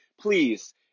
please